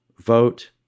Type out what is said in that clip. vote